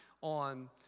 on